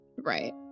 Right